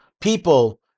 people